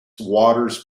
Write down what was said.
waters